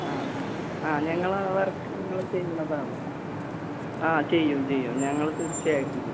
ആ ആ ആ ഞങ്ങൾ ആ വർക്ക് നിങ്ങൾ ചെയ്യുന്നതാണ് ആ ചെയ്യും ചെയ്യും ഞങ്ങൾ തീർച്ചയായിട്ടും ചെയ്യും